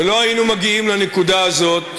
ולא היינו מגיעים לנקודה הזאת